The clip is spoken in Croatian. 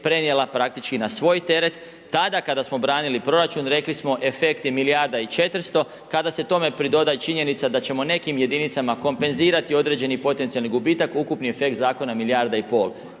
prenijela praktički na svoj teret, tada kada smo branili proračun, rekli smo efekt je milijarda i 400, kada se tome pridoda i činjenica da ćemo nekim jedinicama kompenzirati određeni potencijali gubitak ukupni efekt zakona milijarda i pol.